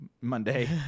Monday